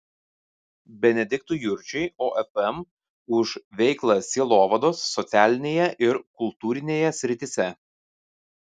benediktui jurčiui ofm už veiklą sielovados socialinėje ir kultūrinėje srityse